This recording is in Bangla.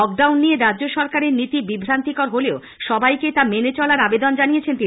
লকডাউন নিয়ে রাজ্য সরকারের নীতি বিভ্রান্তিকর হলেও সবাইকে তা মেনে চলার আবেদন জানিয়েছেন তিনি